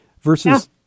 Versus